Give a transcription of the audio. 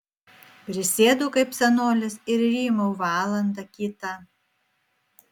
prisėdu kaip senolis ir rymau valandą kitą